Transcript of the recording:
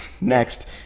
Next